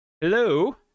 hello